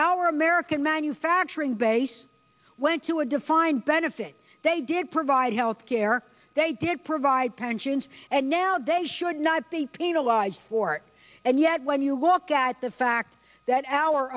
our american manufacturing base when to a defined benefit they did provide health care they didn't provide pensions and now they should not be penalized for it and yet when you look at the fact that our